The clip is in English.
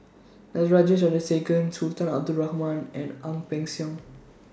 Natarajan Chandrasekaran Sultan Abdul Rahman and Ang Peng Siong